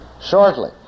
shortly